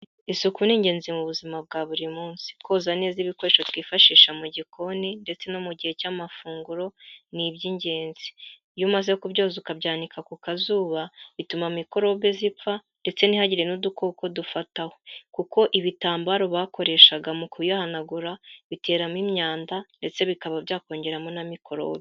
Isuku ni ingenzi mu buzima bwa buri munsi, koza neza ibikoresho twifashisha mu gikoni ndetse no mu gihe cy'amafunguro ni iby'ingenzi, iyo umaze kubyoza ukabyanika ku kazuba, bituma mikorobe zipfa, ndetse ntihagire n'udukoko dufataho, kuko ibitambaro bakoreshaga mu kuyahanagura, biteramo imyanda ndetse bikaba byakongeramo na mikorobe.